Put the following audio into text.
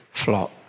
flock